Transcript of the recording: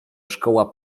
szkoła